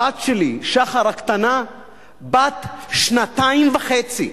הבת שלי, שחר הקטנה, בת שנתיים וחצי.